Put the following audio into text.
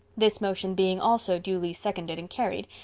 this motion being also duly seconded and carried,